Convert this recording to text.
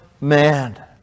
man